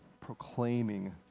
proclaiming